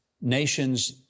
nations